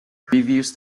previews